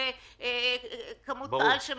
על כמות --- ברור.